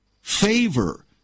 Favor